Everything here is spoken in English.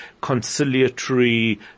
conciliatory